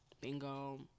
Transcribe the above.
bingo